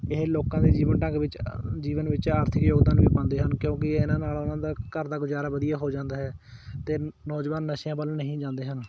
ਇਹ ਲੋਕਾਂ ਦੇ ਜੀਵਨ ਢੰਗ ਵਿੱਚ ਜੀਵਨ ਵਿੱਚ ਆਰਥਿਕ ਯੋਗਦਾਨ ਵੀ ਪਾਉਂਦੇ ਹਨ ਕਿਉਂਕਿ ਇਹਨਾਂ ਨਾਲ ਉਹਨਾਂ ਦਾ ਘਰ ਦਾ ਗੁਜ਼ਾਰਾ ਵਧੀਆ ਹੋ ਜਾਂਦਾ ਹੈ ਅਤੇ ਨੌਜਵਾਨ ਨਸ਼ਿਆਂ ਵੱਲ ਨਹੀਂ ਜਾਂਦੇ ਹਨ